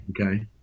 okay